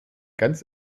ganz